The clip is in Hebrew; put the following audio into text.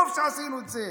טוב שעשינו את זה.